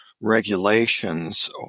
regulations